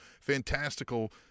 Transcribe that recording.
fantastical